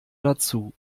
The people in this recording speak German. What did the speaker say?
dazu